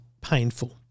painful